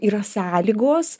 yra sąlygos